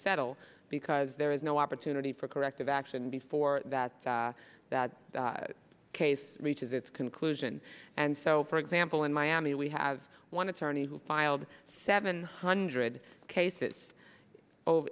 settle because there is no opportunity for corrective action before that that case reaches its conclusion and so for example in miami we have one attorney who filed seven hundred cases o